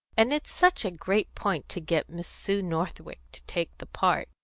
and it's such a great point to get miss sue northwick to take the part,